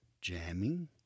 jamming